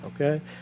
Okay